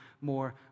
more